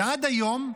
ועד היום,